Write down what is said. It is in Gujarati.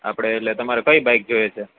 આપણે એટલે કે તમારે કંઈ બાઈક જોઈએ છે